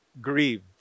grieved